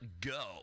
go